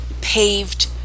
paved